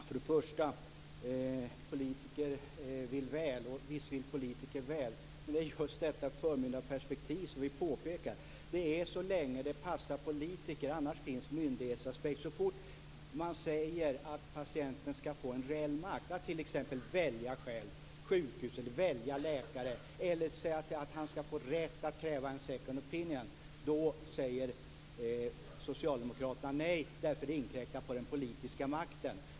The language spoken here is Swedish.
Fru talman! Politiker vill väl. Ja, visst vill politiker väl. Men sedan är det just det förmyndarperspektiv som vi har pekat på - alltså detta med att det passar politikerna; annars finns myndighetsaspekten. Så fort det talas om att patienten skall få reell makt, t.ex. när det gäller att själv välja sjukhus eller läkare eller om man säger att patienten skall få rätt att kräva second opinion, säger socialdemokraterna nej därför att det inkräktar på den politiska makten.